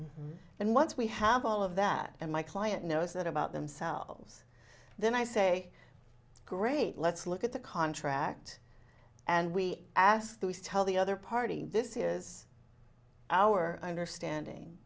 you and once we have all of that and my client knows that about themselves then i say great let's look at the contract and we ask tell the other party this is our understanding